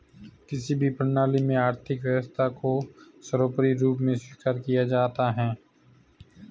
किसी भी प्रणाली में आर्थिक व्यवस्था को सर्वोपरी रूप में स्वीकार किया जाता है